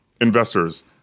Investors